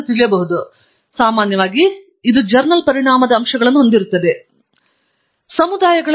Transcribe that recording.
ನಂತರ ಸಾಮಾನ್ಯವಾಗಿ ಇದು ಜರ್ನಲ್ ಪರಿಣಾಮದ ಅಂಶಗಳನ್ನು ಹೊಂದಿರುತ್ತದೆ ಹೆಚ್ಚಿನ ಭಾಗದಲ್ಲಿ ಸ್ವಲ್ಪಮಟ್ಟಿಗೆ